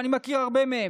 ואני מכיר הרבה מהם,